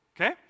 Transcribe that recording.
Okay